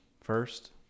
first